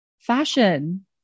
Fashion